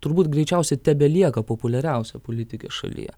turbūt greičiausia tebelieka populiariausia politike šalyje